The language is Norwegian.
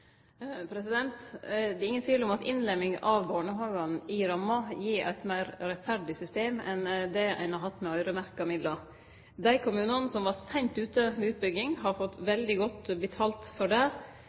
Det er ingen tvil om at innlemming av barnehagane i ramma gir eit meir rettferdig system enn det ein har hatt med øyremerkte midlar. Dei kommunane som var seint ute med utbygging, har fått